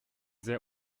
sehr